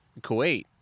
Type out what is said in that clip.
Kuwait